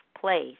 place